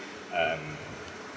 um